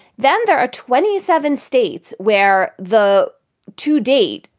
then there are twenty seven states where the to date,